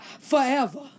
forever